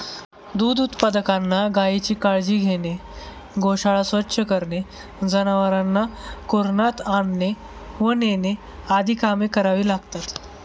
दूध उत्पादकांना गायीची काळजी घेणे, गोशाळा स्वच्छ करणे, जनावरांना कुरणात आणणे व नेणे आदी कामे करावी लागतात